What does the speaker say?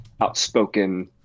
outspoken